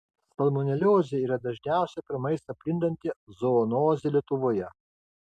salmoneliozė yra dažniausia per maistą plintanti zoonozė lietuvoje